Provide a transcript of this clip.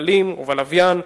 בכבלים ובלוויין,